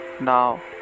now